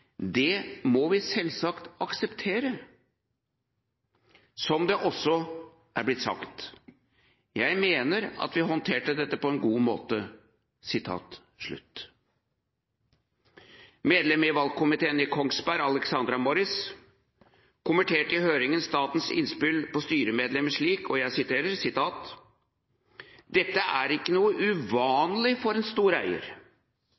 Det må vi akseptere. Som det også er blitt sagt: Jeg mener at vi håndterte det på en god måte.» Medlem i valgkomiteen i Kongsberg, Alexandra Morris, kommenterte i høringen statens innspill på styremedlem slik: «Dette er ikke noe uvanlig for en stor eier. Det er vanlig for en stor eier